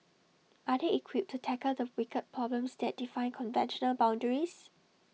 are they equipped to tackle the wicked problems that defy conventional boundaries